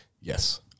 yes